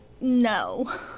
no